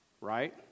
right